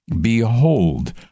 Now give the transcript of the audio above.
Behold